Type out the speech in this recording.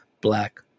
Black